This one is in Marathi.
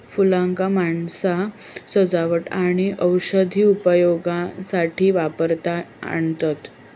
फुलांका माणसा सजावट आणि औषधी उपयोगासाठी वापरात आणतत